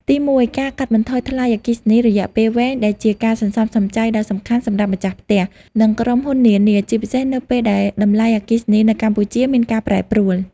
ទីមួយ ការកាត់បន្ថយថ្លៃអគ្គិសនីរយៈពេលវែង ដែលជាការសន្សំសំចៃដ៏សំខាន់សម្រាប់ម្ចាស់ផ្ទះ និងក្រុមហ៊ុននានា ជាពិសេសនៅពេលដែលតម្លៃអគ្គិសនីនៅកម្ពុជាមានការប្រែប្រួល។